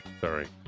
Sorry